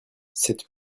cette